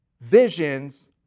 visions